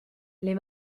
les